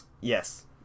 Yes